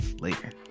later